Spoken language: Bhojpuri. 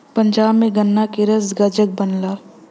पंजाब में गन्ना के रस गजक बनला